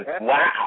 Wow